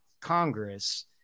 Congress